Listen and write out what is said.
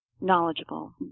knowledgeable